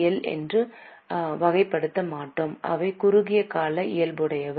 L என்று வகைப்படுத்த மாட்டோம் அவை குறுகிய கால இயல்புடையவை